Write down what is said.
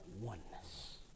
oneness